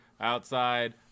outside